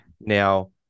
Now